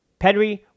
Pedri